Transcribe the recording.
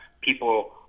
People